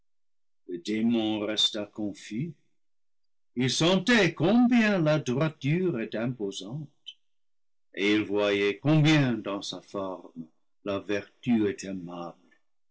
le démon resta confus il sentait combien la droiture est imposante et il voyait combien dans sa forme la vertu est aimable